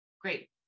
great